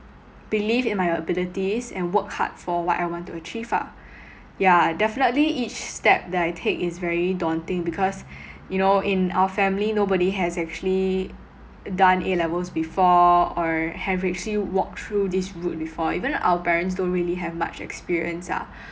believe in my abilities and work hard for what I want to achieve ah yeah definitely each step that I take is very daunting because you know in our family nobody has actually done A levels before or have actually walked through this route before even our parents don't really have much experience ah